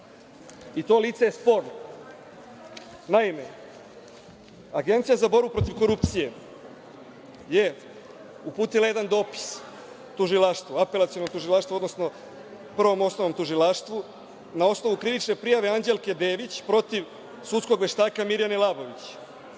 i to lice je sporno. Naime, Agencija za borbu protiv korupcije je uputila jedan dopis Tužilaštvu, Apelacionom tužilaštvu, odnosno Prvom osnovnom tužilaštvu na osnovu krivične prijave Anđelke Dedić protiv sudskog veštaka Mirjane Labović.